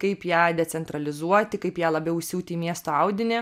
kaip ją decentralizuoti kaip ją labiau įsiūti į miesto audinį